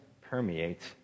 permeates